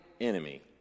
enemy